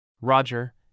Roger